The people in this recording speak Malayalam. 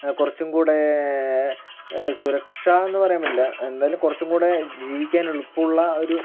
കുറച്ചും കൂടെ സുരക്ഷ എന്ന് പറയാൻ പറ്റില്ല എന്തായാലും കുറച്ചും കൂടെ ജീവിക്കാൻ എളുപ്പമുള്ള ഒരു